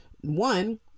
one